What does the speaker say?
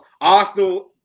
arsenal